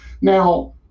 now